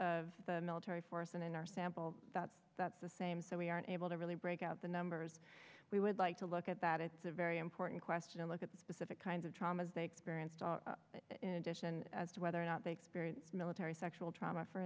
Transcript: of the military force and in our sample that's the same so we aren't able to really break out the numbers we would like to look at that it's a very important question and look at the specific kinds of traumas they experienced all in addition to whether or not they experience military sexual trauma for